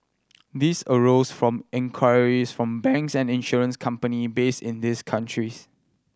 these arose from inquiries from banks and insurance company based in these countries